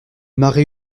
marée